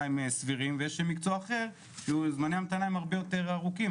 הם סבירים ויש מקצוע אחר שזמני ההמתנה הרבה יותר ארוכים,